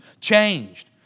changed